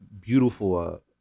beautiful